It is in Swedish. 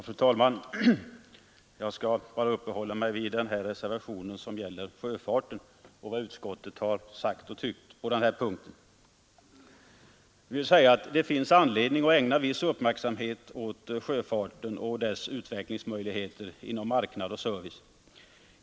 Fru talman! Jag skall bara uppehålla mig vid den reservation som gäller sjöfarten och kommentera vad utskottet har sagt och tyckt på den punkten. Utskottet anför att det finns anledning att ägna viss uppmärksamhet åt sjöfarten och dess utvecklingsmöjligheter inom marknad och service.